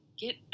get